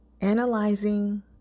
analyzing